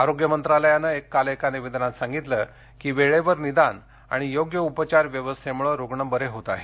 आरोग्य मंत्रालयानं काल एका निवेदनात सांगितलं की वेळेवर निदान आणि योग्य उपचार व्यवस्थेमुळे रुग्ण बरे होत आहेत